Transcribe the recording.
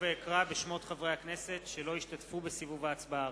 אקרא שוב בשמות חברי הכנסת שלא השתתפו בסיבוב ההצבעה הראשון.